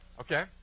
Okay